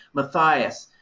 matthias,